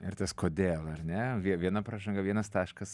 ir tas kodėl ar ne vie viena pražanga vienas taškas